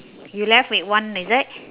you left with one is it